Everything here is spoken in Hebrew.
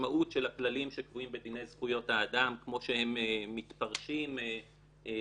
המשמעות של הכללים שקבועים בדיני זכויות האדם כמו שהם מתפרשים בזירה